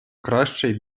кращий